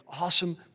awesome